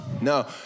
No